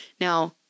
Now